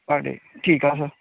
ਪਰ ਡੇਅ ਠੀਕ ਆ ਸਰ